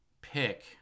pick